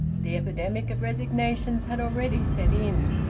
the epidemic of resignations had already set in,